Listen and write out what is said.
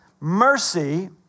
mercy